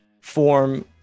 form